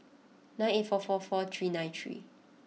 nine eight four four four three nine three